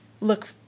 look